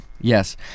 Yes